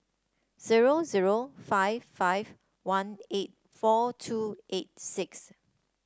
zero zero five five one eight four two eight six